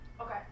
Okay